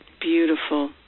Beautiful